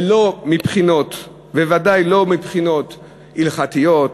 וודאי לא מבחינות הלכתיות,